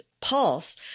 Pulse